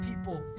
people